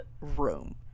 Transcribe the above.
room